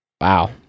Wow